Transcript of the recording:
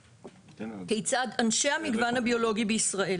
כיצד אנשי המגוון הביולוגי בישראל